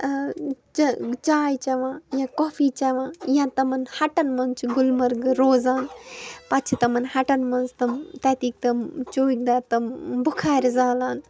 چاے چٮ۪وان یا کافی چٮ۪وان یا تِمن ہَٹن منٛز چھِ گُلمَرگہٕ روزان پتہٕ چھِ تِمن ہَٹن منٛز تِم تَتِکۍ تِم چوٗکدر تم بُکھارِ زالان